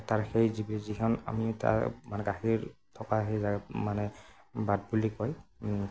তাৰ সেই যি যিখন আমি তাৰ মানে গাখীৰ থকা সেই জাগাত মানে বাট বুলি কয়